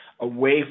away